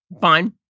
fine